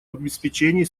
обеспечении